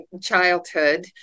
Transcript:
childhood